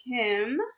Kim